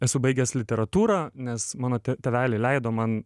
esu baigęs literatūrą nes mano tė tėveliai leido man